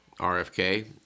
RFK